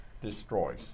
destroys